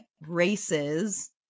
races